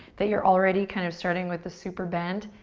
that you're already kind of starting with a super bend,